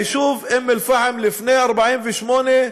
היישוב אום-אלפחם לפני 48'